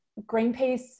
Greenpeace